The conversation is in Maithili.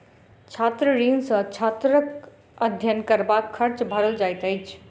छात्र ऋण सॅ छात्रक अध्ययन करबाक खर्च भरल जाइत अछि